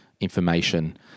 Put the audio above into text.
information